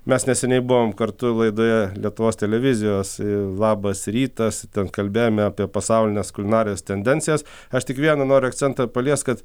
mes neseniai buvom kartu laidoje lietuvos televizijos labas rytas ten kalbėjome apie pasaulinės kulinarijos tendencijas aš tik vieną noriu akcentą paliest kad